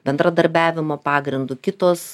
bendradarbiavimo pagrindu kitos